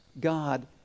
God